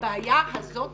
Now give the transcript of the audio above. הבעיה הזו נפתרה,